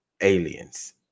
aliens